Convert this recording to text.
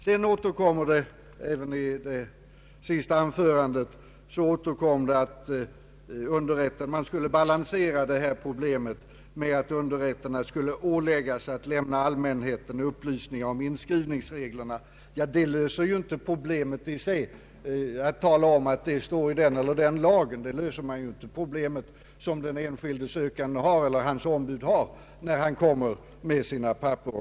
I det senaste anförandet återkom frågan om att man borde balansera detta problem med att underrätterna skulle åläggas att lämna allmänheten upplysningar om inskrivningsreglerna. Ja, det löser inte problemet i sig att tala om att det står i den eller den lagen. Med det löser man inte det problem som den sökande eller hans ombud har när han kommer med sina papper.